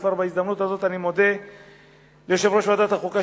וכבר בהזדמנות הזאת אני מודה ליושב-ראש ועדת החוקה,